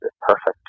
perfect